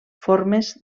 formes